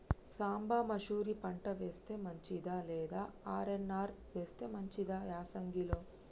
సాంబ మషూరి పంట వేస్తే మంచిదా లేదా ఆర్.ఎన్.ఆర్ వేస్తే మంచిదా యాసంగి లో?